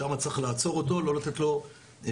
שם צריך לעצור אותו ולא לתת לו לצאת